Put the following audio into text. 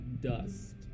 dust